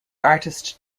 artist